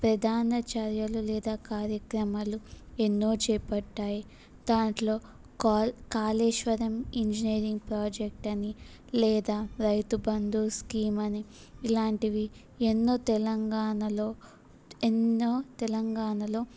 ప్రధాన చర్యలు లేదా కార్యక్రమాలు ఎన్నో చేపట్టాయి దాంట్లో కాల్ కాళేశ్వరం ఇంజినీరింగ్ ప్రాజెక్ట్ అని లేదా రైతు బందు స్కీమ్ అని ఇలాంటివి ఎన్నో తెలంగాణలో ఎన్నో తెలంగాణలో